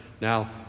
Now